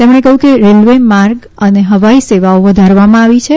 તેમણે કહ્યું કે રેલવે માર્ગ અને હવાઇ સેવાઓ વધારવામાં આવી રહી છે